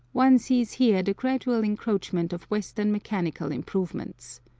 one sees here the gradual encroachment of western mechanical improvements.